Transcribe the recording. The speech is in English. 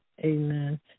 Amen